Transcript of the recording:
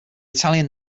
italian